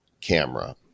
camera